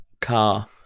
car